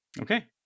Okay